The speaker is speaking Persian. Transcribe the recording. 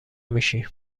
میشی